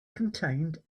contained